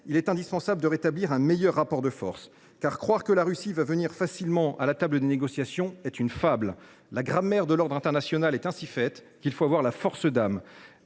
il est indispensable de rétablir un meilleur rapport de force. Croire que la Russie va venir facilement à la table des négociations est en effet une fable. La grammaire de l’ordre international est ainsi faite qu’il faut avoir la force d’âme